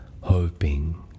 hoping